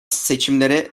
seçimlere